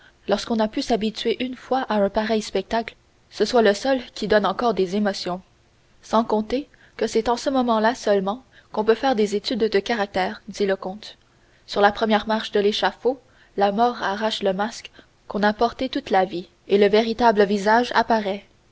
lorsqu'on a pu s'habituer une fois à un pareil spectacle ce soit le seul qui donne encore des émotions sans compter que c'est en ce moment-là seulement qu'on peut faire des études de caractères dit le comte sur la première marche de l'échafaud la mort arrache le masque qu'on a porté toute la vie et le véritable visage apparaît